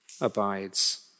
abides